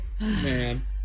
man